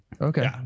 Okay